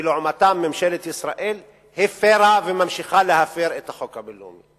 ולעומתם ממשלת ישראל הפירה וממשיכה להפר את החוק הבין-לאומי.